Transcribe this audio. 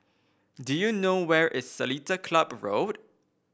do you know where is Seletar Club Road